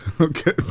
Okay